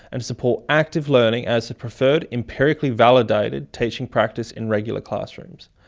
and support active learning as preferred, empirically validated teaching practice in regular classrooms.